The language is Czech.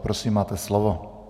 Prosím, máte slovo.